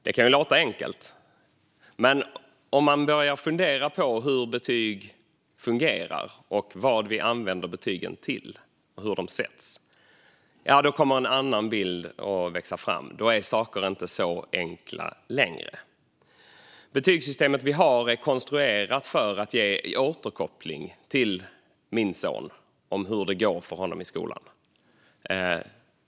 Det här kan låta enkelt, men om vi börjar fundera över hur betyg fungerar, vad vi använder betygen till och hur de sätts kommer en annan bild att växa fram. Då är saker inte så enkla längre. Betygssystemet är konstruerat för att ge återkoppling till min son om hur det går för honom i skolan.